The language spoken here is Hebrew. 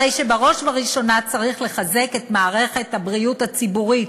הרי שבראש ובראשונה צריך לחזק את מערכת הבריאות הציבורית,